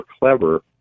clever